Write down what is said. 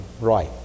right